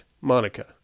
Monica